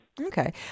Okay